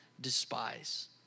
despise